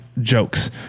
jokes